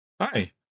Hi